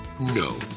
No